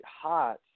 Hot